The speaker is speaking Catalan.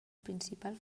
principal